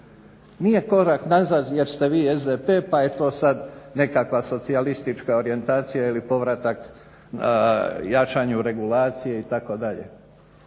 Nije korak nazad jer ste vi SDP pa je to sad nekakva socijalistička orijentacija ili povratak jačanju regulacije itd.